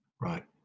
Right